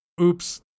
oops